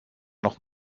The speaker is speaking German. noch